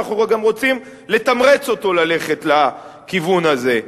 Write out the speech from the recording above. ואנחנו גם רוצים לתמרץ אותו ללכת לכיוון הזה.